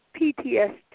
PTSD